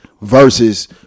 Versus